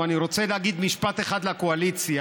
אני רוצה להגיד משפט אחד לקואליציה,